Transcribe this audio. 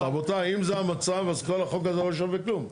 רבותיי, אם זה המצב אז כל החוק הזה לא שווה כלום.